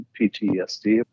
PTSD